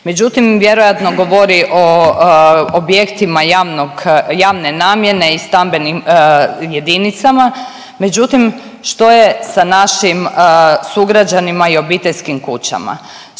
Međutim, vjerojatno govori o objektima javnog, javne namjene i stambenim jedinicama, međutim što je sa našim sugrađanima i obiteljskim kućama.